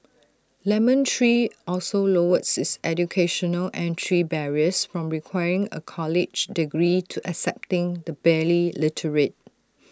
lemon tree also lowered its educational entry barriers from requiring A college degree to accepting the barely literate